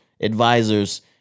advisors